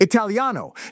Italiano